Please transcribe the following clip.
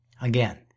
Again